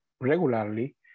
regularly